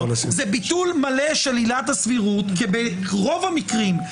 זה ביטול מלא של עילת הסבירות כי ברוב המקרים,